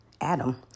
Adam